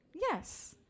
Yes